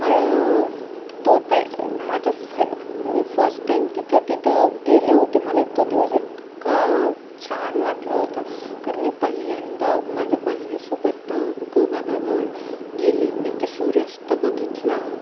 मला तो काय माझं फय मी फस्टाइम तिथं तिथं गेले होते मला तो दिवस इतका छान वाटलं होतं कारण मी पहिल्यांदा माझ्या बहिणीसोबत गोगाबाबावर गेले मी ते सूर्यास्त बघितला